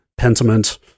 pentiment